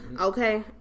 Okay